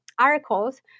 articles